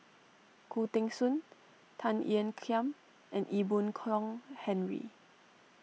Khoo Teng Soon Tan Ean Kiam and Ee Boon Kong Henry